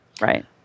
right